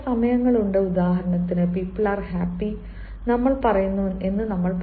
എന്നാൽ സമയങ്ങളുണ്ട് ഉദാഹരണത്തിന് people are happy people are happy